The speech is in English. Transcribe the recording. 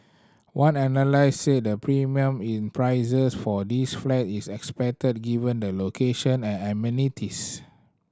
one analyst said the premium in prices for these flat is expected given the location and amenities